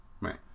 Right